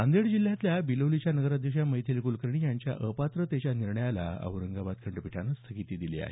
नांदेड जिल्ह्यातल्या बिलोलीच्या नगराध्यक्षा मैथिली कुलकर्णी यांच्या अपात्रतेच्या निर्णयाला औरंगाबाद खंडपीठानं स्थगिती दिली आहे